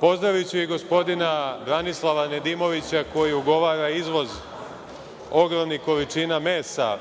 Pozdraviću i gospodina Branislava Nedimovića, koji ugovora izvoz ogromnih količina mesa